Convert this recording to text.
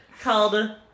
called